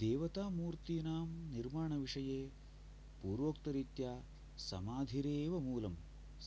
देवतामूर्तीनां निर्माणविषये पूर्वोक्तरीत्या समाधिरेव मूलम्